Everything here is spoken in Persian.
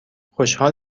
خوشحال